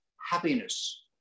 happiness